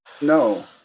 No